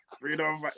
Freedom